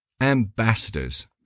ambassadors